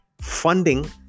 funding